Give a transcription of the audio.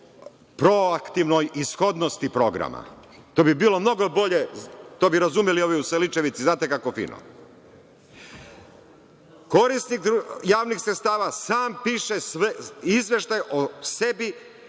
proaktivnoj ishodnosti programa. To bi bilo mnogo bolje, to bi razumeli ovi u Seličevici znate kako fino. Korisnik javnih sredstava sam piše izveštaj o sebi